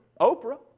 Oprah